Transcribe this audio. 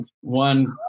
One